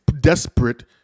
desperate